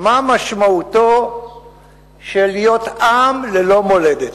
מה המשמעות של להיות עם ללא מולדת.